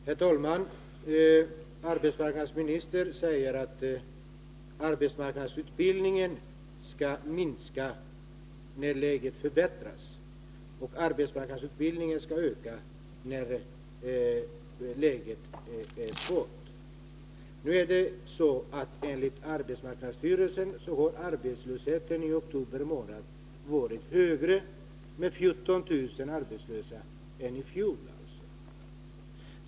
Herr talman! Arbetsmarknadsministern säger att arbetsmarknadsutbildningen skall minska i omfattning när arbetsmarknadsläget förbättras men öka igen när läget försämras. Enligt arbetsmarknadsstyrelsen har arbetslösheten i oktober månad varit 14 000 personer högre än i fjol.